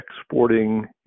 exporting